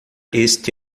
este